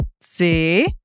See